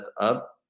up